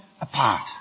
apart